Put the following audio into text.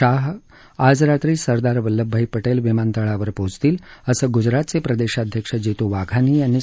शाह आज रात्री सरदार वल्लभभाई पटेल विमानतळावर पोहचतील असं गुजरातचे प्रदेशाध्यक्ष जीतू वाघानी यांनी सांगितलं